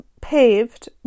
paved